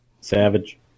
Savage